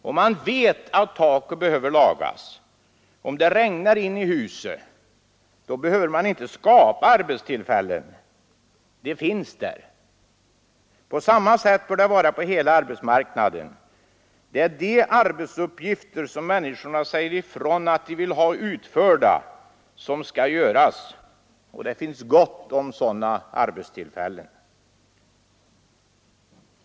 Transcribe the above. Om man vet att taket behöver lagas, om det regnar in i huset, då behöver man inte skapa arbetstillfällen. De finns där. På samma sätt bör det vara på hela arbetsmarknaden. Det är de arbetsuppgifter som människorna säger ifrån att de vill ha utförda som skall göras. Och det finns gott om sådana arbetstillfällen.